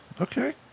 Okay